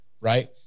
right